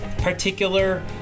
particular